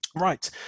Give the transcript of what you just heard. Right